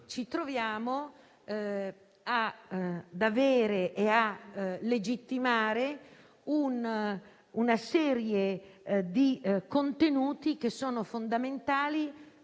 ci troviamo a legittimare una serie di contenuti che sono fondamentali